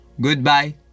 goodbye